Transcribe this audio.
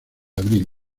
abril